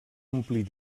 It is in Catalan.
omplir